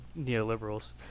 neoliberals